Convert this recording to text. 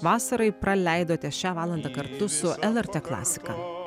vasarai praleidote šią valandą kartu su lrt klasika